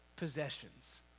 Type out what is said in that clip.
possessions